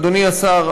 אדוני השר,